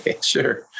Sure